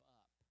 up